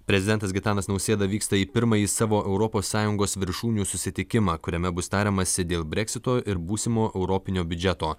prezidentas gitanas nausėda vyksta į pirmąjį savo europos sąjungos viršūnių susitikimą kuriame bus tariamasi dėl breksito ir būsimo europinio biudžeto